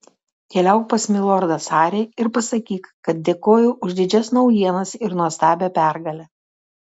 keliauk pas milordą sarį ir pasakyk kad dėkoju už didžias naujienas ir nuostabią pergalę